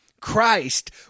Christ